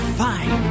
fine